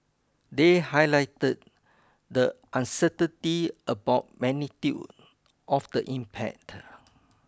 they highlighted the uncertainty about magnitude of the impact